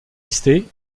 listée